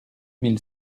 mille